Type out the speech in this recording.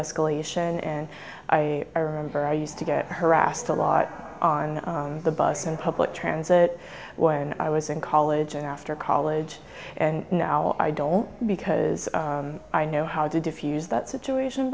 deescalation and i remember i used to get harassed a lot on the bus in public transit when i was in college and after college and now i don't because i know how to diffuse that situation